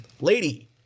lady